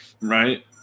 Right